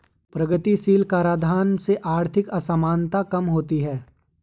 प्रगतिशील कराधान से आर्थिक असमानता कम होती है